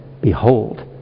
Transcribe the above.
behold